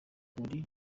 iri